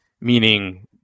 meaning